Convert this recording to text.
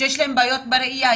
שיש להם בעיות ראיה,